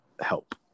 help